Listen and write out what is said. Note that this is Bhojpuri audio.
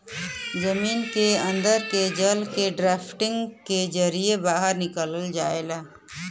जमीन के अन्दर के जल के ड्राफ्टिंग के जरिये बाहर निकाल जाला